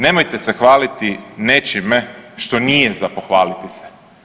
Nemojte se hvalite nečime što nije za pohvaliti se.